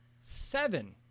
seven